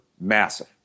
massive